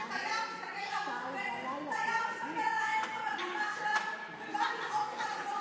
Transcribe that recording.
תייר מסתכל על הארץ המדהימה שלנו ובא לראות אותה במלוא תפארתה.